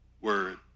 word